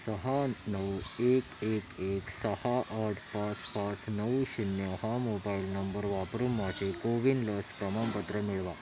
सहा नऊ एक एक एक सहा आठ पाच पाच नऊ शून्य हा मोबाईल नंबर वापरून माझे कोविन लस प्रमाणपत्र मिळवा